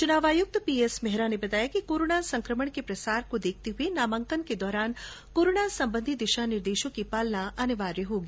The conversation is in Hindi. चुनाव आयुक्त पीएस मेहरा ने बताया कि कोरोना संक्रमण के प्रसार को देखते हुए नामांकन के दौरान कोरोना संबंधी दिशा निर्देशों की पालना अनिवार्य होगी